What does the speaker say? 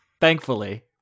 Thankfully